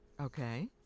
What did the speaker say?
Okay